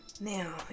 Now